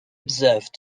observed